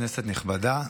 כנסת נכבדה,